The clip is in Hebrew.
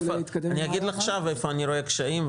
אני אגיד עכשיו איפה אני רואה קשיים,